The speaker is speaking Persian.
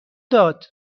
داد